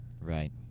right